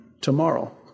tomorrow